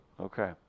okay